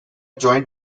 joint